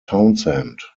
townshend